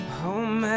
home